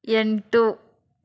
ಎಂಟು